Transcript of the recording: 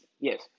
Yes